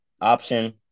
option